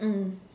mm